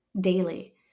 daily